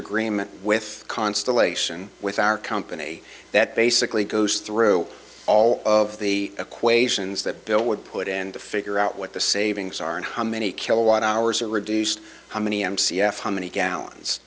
agreement with constellation with our company that basically goes through all of the equations that bill would put in to figure out what the savings are and how many kilowatt hours are reduced how many m c f how many gallons